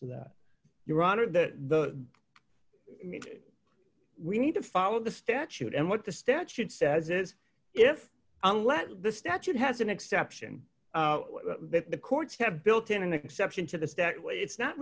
to that your honor that the we need to follow the statute and what the statute says is if unless the statute has an exception that the courts have built in an exception to this that it's not